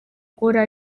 guhora